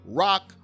rock